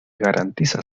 garantiza